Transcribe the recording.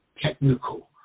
technical